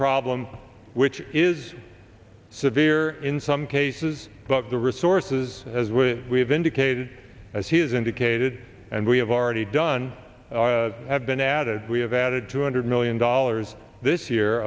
problem which is severe in some cases but the resources as we have indicated as he has indicated and we have already done have been added we have added two hundred million dollars this year